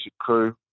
crew